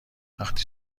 وقتی